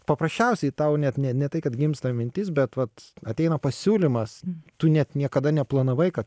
paprasčiausiai tau net ne ne tai kad gimsta mintis bet vat ateina pasiūlymas tu net niekada neplanavai kad